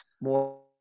more